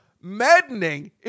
maddening